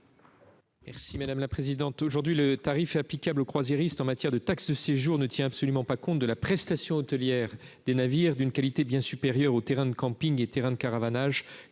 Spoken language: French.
Merci madame la présidente, aujourd'hui le tarif applicable aux croisiéristes en matière de taxe de séjour ne tient absolument pas compte de la prestation hôtelière des navires d'une qualité bien supérieure au terrain de camping et terrains de caravanes